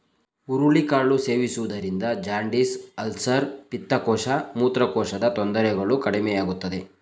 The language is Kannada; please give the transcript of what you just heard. ಹುರುಳಿ ಕಾಳು ಸೇವಿಸುವುದರಿಂದ ಜಾಂಡಿಸ್, ಅಲ್ಸರ್, ಪಿತ್ತಕೋಶ, ಮೂತ್ರಕೋಶದ ತೊಂದರೆಗಳು ಕಡಿಮೆಯಾಗುತ್ತದೆ